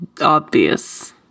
obvious